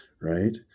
right